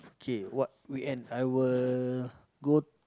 okay what weekend I will go